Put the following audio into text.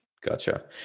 Gotcha